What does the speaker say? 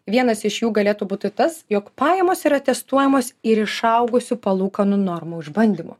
vienas iš jų galėtų būti tas jog pajamos yra testuojamos ir išaugusių palūkanų normų išbandymu